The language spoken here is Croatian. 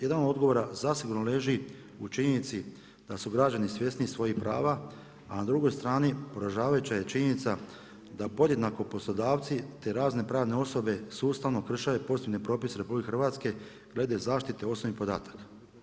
Jedan od odgovora zasigurno leži u činjenici da su građani svjesni svojih prava, a na drugoj strani poražavajuća je činjenica da podjednako poslodavci te razne pravne osobe sustavno krše pozitivne propise Republike Hrvatske glede zaštite osobnih podataka.